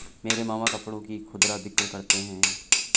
मेरे मामा कपड़ों की खुदरा बिक्री करते हैं